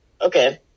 Okay